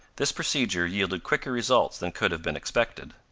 this procedure yielded quicker results than could have been expected.